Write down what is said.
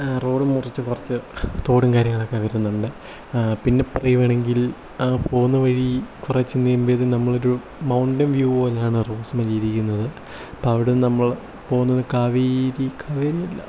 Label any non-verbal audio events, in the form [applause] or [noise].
road മുറിച്ചു കുറച്ചു തോടും കാര്യങ്ങളൊക്കെ വരുന്നുണ്ട് പിന്നെ പറയുവാണെങ്കിൽ ആ പോവുന്ന വഴി കുറച്ചു [unintelligible] നമ്മളൊരു മൗണ്ടൈൻ വ്യൂ പോലെയാണ് റോസ് മല ഇരിക്കുന്നത് അപ്പം അവിടുന്ന് നമ്മൾ പോവുന്നത് കാവേരി കാവേരി അല്ല